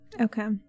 Okay